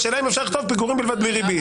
השאלה אם אפשר לכתוב פיגורים בלבד בלי ריבית.